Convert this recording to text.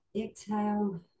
exhale